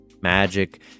magic